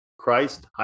Christ